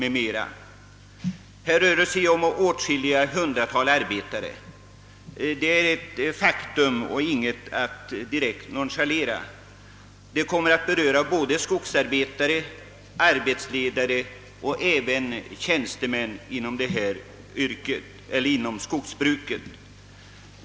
Här gäller det åtskilliga hundratal arbetare; det är ett faktum och ingenting att nonchalera. Svårigheterna kommer att beröra både arbetare, arbetsledare och tjänstemän inom skogsbruket.